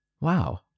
Wow